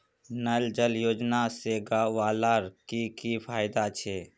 नल जल योजना से गाँव वालार की की फायदा छे?